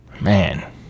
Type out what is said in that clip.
Man